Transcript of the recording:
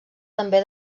també